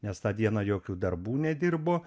nes tą dieną jokių darbų nedirbo